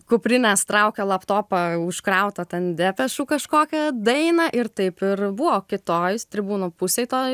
kuprinės traukia laptopą užkrautą ten depešų kažkokią dainą ir taip ir buvo kitojs tribūnų pusėj toj